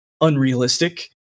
unrealistic